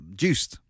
juiced